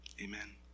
Amen